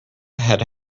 had